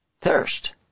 thirst